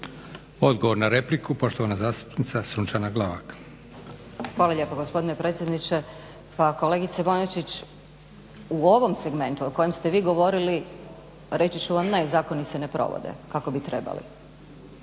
Odgovor na repliku, poštovana zastupnica Sunčana Glavak. **Glavak, Sunčana (HDZ)** Hvala lijepo gospodine predsjedniče. Pa kolegice Bonačić, u ovo segmentu o kojem ste vi govorili reći ću vam ne, zakoni se ne provode kako bi trebali.